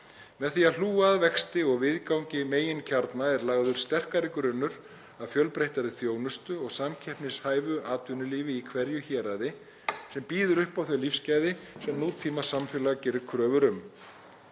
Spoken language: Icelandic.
Með því að hlúa að vexti og viðgangi meginkjarna er lagður sterkari grunnur að fjölbreyttri þjónustu og samkeppnishæfu atvinnulífi í hverju héraði sem býður upp á þau lífsgæði sem nútímasamfélag gerir kröfur um.